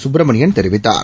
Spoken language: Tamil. சுப்பிரமணியன் தெரிவித்தார்